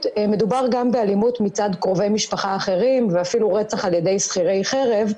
מדובר גם באלימות מצד קרובי משפחה אחרים ואפילו רצח על ידי שכירי חרב.